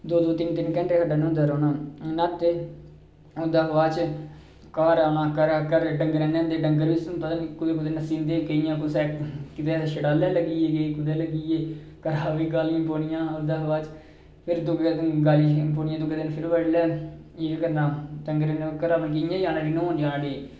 दो दो तिन तिन घैंटे खड्डा न्हौंदे रौह्ना न्हाते ओह्दे बाद च घर औना घर डंगर बी कुतै कुतै नस्सी गेदे होंदे कुतै केह् आखदे शड़ाले ई लग्गी ए केह् आखदे कुदै लग्गी ए घरा बी गालियां पौनियां ओह्दे बाद च फिर दूए दिन गाली पौनियां फिर बड़लै इ'यां ई करना घरां मतलब इ'यां ई जाना उठी न्हौन